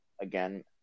again